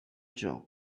job